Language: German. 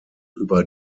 über